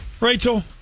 Rachel